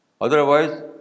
Otherwise